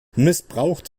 missbraucht